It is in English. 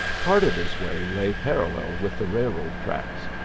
part of his way lay parallel with the railroad tracks,